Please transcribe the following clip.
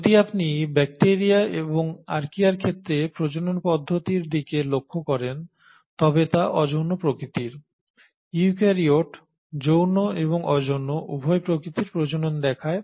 যদি আপনি ব্যাকটিরিয়া এবং আর্চিয়ার ক্ষেত্রে প্রজনন পদ্ধতির দিকে লক্ষ্য করেন তবে তা অযৌন প্রকৃতির ইউক্যারিওট যৌন এবং অযৌন উভয় প্রকৃতির প্রজনন দেখায়